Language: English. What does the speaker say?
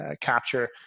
capture